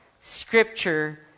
Scripture